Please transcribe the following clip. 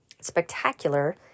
spectacular